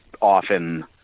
often